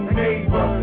neighbor